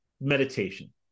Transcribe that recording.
meditation